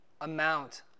amount